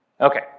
Okay